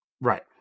Right